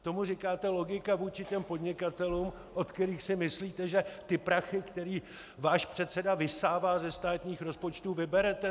Tomu říkáte logika vůči těm podnikatelům, od kterých si myslíte, že ty prachy, které váš předseda vysává ze státních rozpočtů, vyberete?